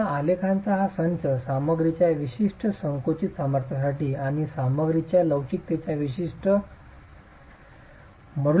पुन्हा आलेखांचा हा संच सामग्रीच्या विशिष्ट संकुचित सामर्थ्यासाठी आणि सामग्रीच्या लवचिकतेच्या विशिष्ट मॉड्यूलससाठी बनविला गेला आहे